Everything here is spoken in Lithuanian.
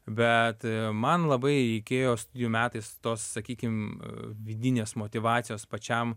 bet man labai reikėjo studijų metais tos sakykim vidinės motyvacijos pačiam